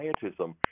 pietism